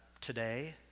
today